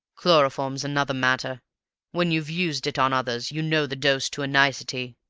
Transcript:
chloroform's another matter when you've used it on others, you know the dose to a nicety.